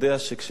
שכשיש